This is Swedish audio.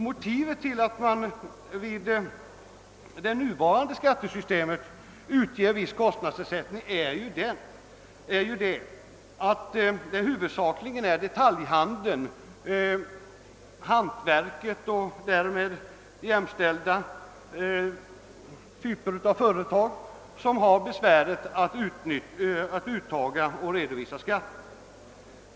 Motivet till att man vid tillämpningen av det nuvarande skattesystemet utger viss kostnadsersättning är att det huvudsakligen är detaljhandeln, hantverket och därmed jämställda typer av företag som har besväret att uttaga och redovisa skatten.